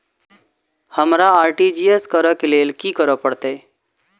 हमरा आर.टी.जी.एस करऽ केँ लेल की करऽ पड़तै?